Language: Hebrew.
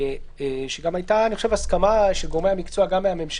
וגם הייתה הסכמה,